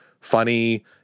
funny